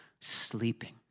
sleeping